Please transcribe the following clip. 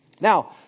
Now